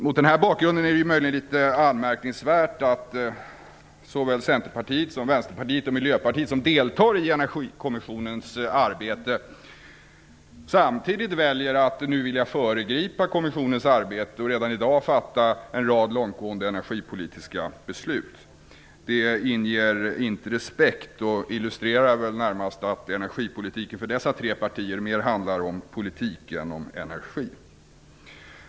Mot denna bakgrund är det möjligen litet anmärkningsvärt att såväl Centerpartiet som Vänsterpartiet och Miljöpartiet, som deltar i Energikommissionens arbete, vill föregripa kommissionens arbete och redan i dag fatta en rad långtgående energipolitiska beslut. Det inger inte respekt och illustrerar väl närmast att energipolitiken för dessa tre partier mer handlar om politik än om energi.